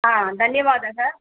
हा धन्यवादः